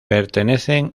pertenecen